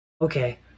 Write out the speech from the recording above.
okay